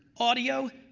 audio,